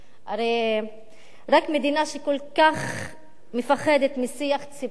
הרי רק מדינה שכל כך מפחדת משיח ציבורי,